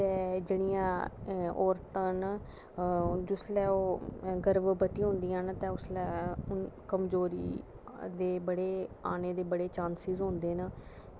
ते जियां औरतां न ते जिसलै ओह् गर्भवति होंदियां न तां उसलै अग्गें आने दे बड़े चांस होंदे न